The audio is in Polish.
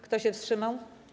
Kto się wstrzymał?